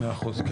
מאה אחוז.